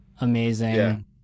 Amazing